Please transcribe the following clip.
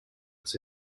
des